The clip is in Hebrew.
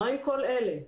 מה עם כל אלה?